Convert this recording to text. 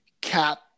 cap